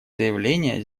заявление